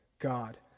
God